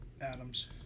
Adams